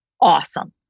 awesome